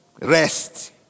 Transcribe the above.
rest